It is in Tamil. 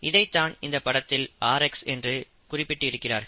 இதைத்தான் இந்தப் படத்தில் rx என்று குறிப்பிட்டிருக்கிறார்கள்